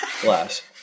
glass